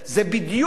זו בדיוק